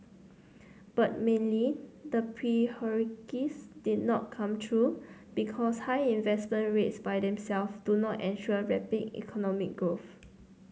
but mainly the prophecies did not come true because high investment rates by themselves do not ensure rapid economic growth